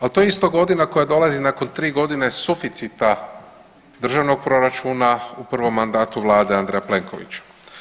Al to je isto godina koja dolazi nakon 3 godine suficita državnog proračuna u prvom mandatu Andreja Plenkovića.